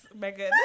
Megan